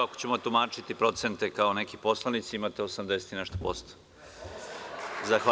Ako ćemo tumačiti procente kao neki poslanici, imate 80 i nešto posto.